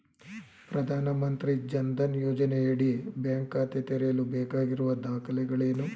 ಪ್ರಧಾನಮಂತ್ರಿ ಜನ್ ಧನ್ ಯೋಜನೆಯಡಿ ಬ್ಯಾಂಕ್ ಖಾತೆ ತೆರೆಯಲು ಬೇಕಾಗಿರುವ ದಾಖಲೆಗಳೇನು?